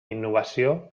innovació